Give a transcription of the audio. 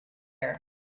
air